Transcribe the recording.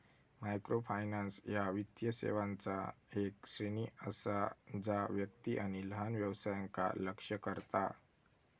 microfinance ह्या वित्तीय सेवांचा येक श्रेणी असा जा व्यक्ती आणि लहान व्यवसायांका लक्ष्य करता